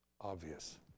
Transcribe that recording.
obvious